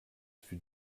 für